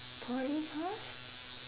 poly course